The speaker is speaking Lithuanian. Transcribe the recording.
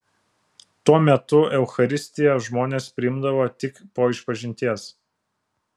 tuo metu eucharistiją žmonės priimdavo tik po išpažinties